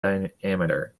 diameter